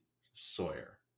Sawyer